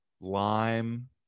lime